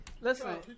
Listen